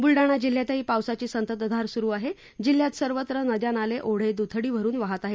ब्लडाणा जिल्ह्यातही पावसाची संततधार सुरू आहे जिल्ह्यात सर्वत्र नद्या नाले ओढे दथडी भरून वाहत आहेत